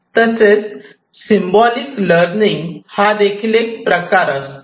तसेच symbolic learning हा देखील एक प्रकार असतो